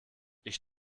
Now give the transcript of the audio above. ich